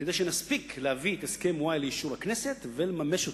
כדי שנספיק להביא את הסכם-וואי לאישור הכנסת ולממש אותו,